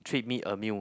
treat me a meal